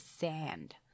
sand